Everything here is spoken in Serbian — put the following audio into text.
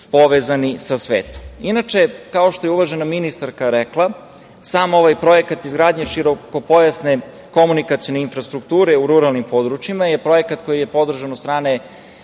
povezani sa svetom. Inače, kao što je uvažena ministarka rekla, sam ovaj projekat izgradnje širokopojasne komunikacioni infrastrukture u ruralnim područjima je projekat koji je podržan od strane